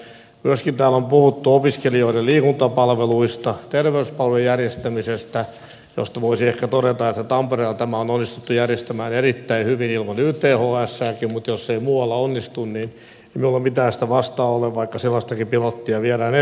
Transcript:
myöskin täällä on puhuttu opiskelijoiden liikuntapalveluista terveyspalvelujen järjestämisestä josta voisi ehkä todeta että tampereella tämä on onnistuttu järjestämään erittäin hyvin ilman ythsääkin mutta jos se ei muualla onnistu niin ei minulla mitään sitä vastaan ole vaikka sellaistakin pilottia viedään eteenpäin